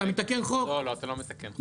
אתה לא מתקן חוק.